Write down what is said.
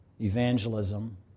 evangelism